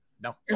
No